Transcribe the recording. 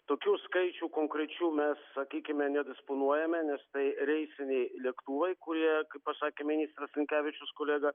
tokių skaičių konkrečių mes sakykime nedisponuojame nes tai reisiniai lėktuvai kurie pasakė ministras linkevičius kolega